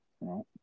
right